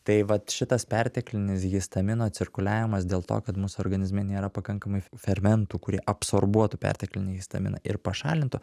tai vat šitas perteklinis histamino cirkuliavimas dėl to kad mūsų organizme nėra pakankamai fermentų kurie absorbuotų perteklinį histaminą ir pašalintų